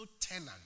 tenant